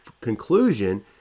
conclusion